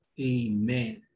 Amen